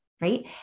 right